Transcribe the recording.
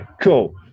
cool